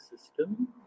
system